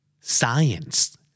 Science